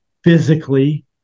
physically